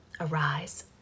arise